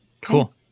Cool